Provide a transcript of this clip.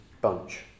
bunch